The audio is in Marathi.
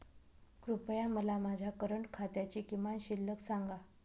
कृपया मला माझ्या करंट खात्याची किमान शिल्लक सांगा